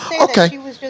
okay